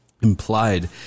implied